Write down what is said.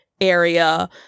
area